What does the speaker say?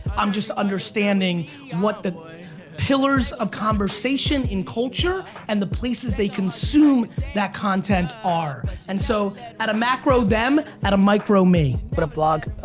i'm just understanding and what the pillars of conversation in culture and the places they consume that content are, and so at a macro them, at a micro me. what a vlog,